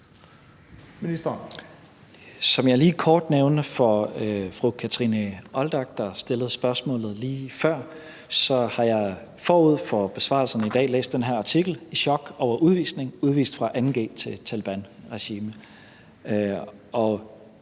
Som jeg lige kort nævnte over for fru Kathrine Olldag, der stillede spørgsmålet lige før, har jeg forud for besvarelserne i dag læst den her artikel »I chok over udvisning: Udvist fra 2.g til Taleban-regime«,